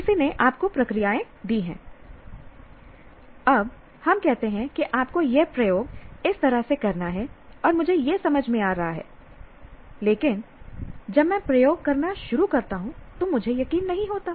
किसी ने आपको प्रक्रियाएं दी हैं अब हम कहते हैं कि आपको यह प्रयोग इस तरह से करना है और मुझे यह समझ में आ रहा है लेकिन जब मैं प्रयोग करना शुरू करता हूं तो मुझे यकीन नहीं होता है